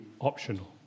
optional